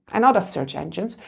and other search engines,